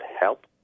help